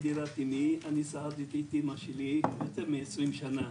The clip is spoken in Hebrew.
אמי, אני סעדתי את אמא שלי יותר מ-20 שנה.